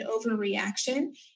overreaction